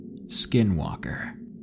Skinwalker